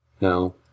No